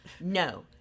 no